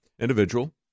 individual